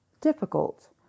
difficult